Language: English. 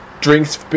drinks